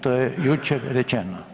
To je jučer rečeno.